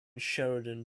sheridan